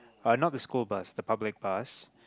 I know the school bus the public bus